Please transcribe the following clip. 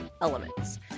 elements